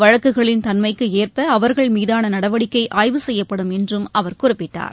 வழக்குகளின் தன்மைக்கு எற்ப அவர்கள் மீதாள நடவடிக்கை ஆய்வு செய்யப்படும் என்று அவர் குறிப்பிட்டார்